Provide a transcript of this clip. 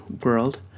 world